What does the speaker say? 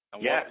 Yes